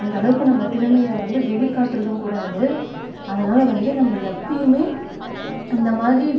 அந்தளவுக்கு நம்ம திறமையை வந்து வெளி காட்டுறதும் கூட அது அதனால வந்து நம்ம எப்போயுமே இந்தமாதிரி